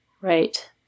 Right